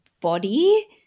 body